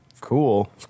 Cool